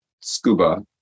Scuba